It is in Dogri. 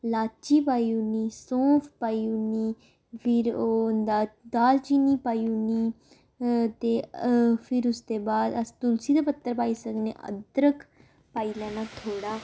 लाची पाई ओड़नी सौंफ पाई ओड़नी फिर ओह् होंदा दालचीनी पाई ओड़नी ते फिर उसदे बाद अस तुलसी दे पत्तर पाई सकने अदरक पाई लैना थोह्ड़ा